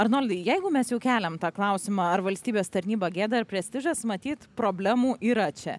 arnoldai jeigu mes jau keliam tą klausimą ar valstybės tarnyba gėda ar prestižas matyt problemų yra čia